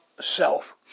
Self